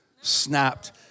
snapped